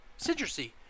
citrusy